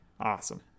Awesome